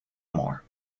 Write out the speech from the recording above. more